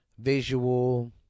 visual